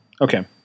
okay